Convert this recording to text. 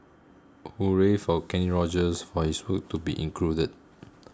hooray for Kenny Rogers for his hoot to be included